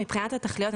מבחינת התכליות,